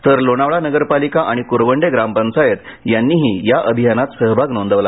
तर लोणावळा नगरपालिका आणि क्रवंडे ग्रामपंचायत यांनीही या अभियानात सहभाग नोंदवला